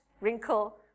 wrinkle